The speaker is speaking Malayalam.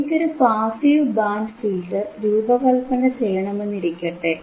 എനിക്കൊരു പാസീവ് ബാൻഡ് ഫിൽറ്റർ രൂപകല്പന ചെയ്യണമെന്നിരിക്കട്ടെ